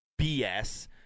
BS